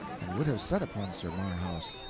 and would have set upon sir marhaus.